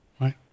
right